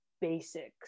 basics